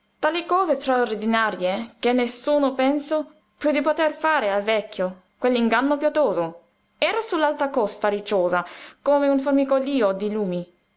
tali cose straordinarie che nessuno pensò piú di poter fare al vecchio quell'inganno pietoso era su l'alta costa rocciosa come un formicolío di lumi